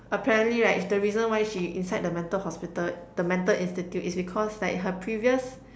apparently right the reason why she inside the mental hospital the mental institute is because like her previous